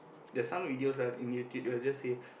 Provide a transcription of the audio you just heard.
there's some videos ah in YouTube they will just say